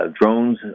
drones